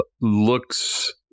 looks